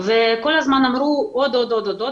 כל הזמן אמרו עוד מעט ועוד מעט,